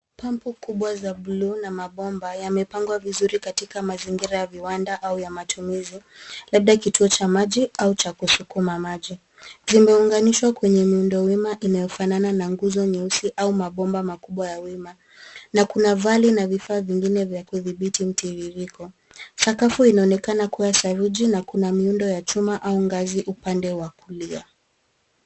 Pampu kubwa za buluu na mabomba yamepangwa vizuri katika mazingira ya viwanda au ya matumizi labda kituo cha maji au cha kusukuma maji. Zimeunganishwa kwenye miundo wima inayofanana na nguzo nyeusi au mabomba makubwa ya wima. Na kuna vali na vifaa vingine vya kudhibiti mtiririko. Sakafu inaonekana kuwa saruji na kuna miundo ya chuma au ngazi upande wa kulia.